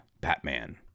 Batman